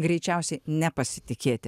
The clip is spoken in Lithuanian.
greičiausiai nepasitikėti